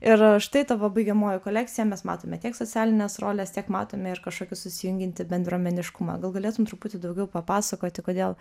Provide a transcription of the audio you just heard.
ir štai tavo baigiamoji kolekcija mes matome tiek socialines roles tiek matome ir kažkokį susijungiantį bendruomeniškumą gal galėtum truputį daugiau papasakoti kodėl